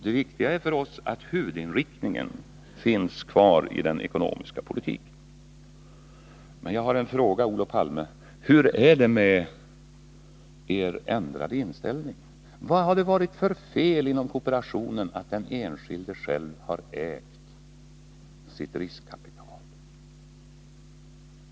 Det viktiga för oss är att huvudinriktningen finns kvar i den ekonomiska politiken. Men jag har en fråga, Olof Palme: Hur är det med er ändrade inställning? Vad har det varit för fel inom kooperationen att den enskilde själv har ägt sitt riskkapital?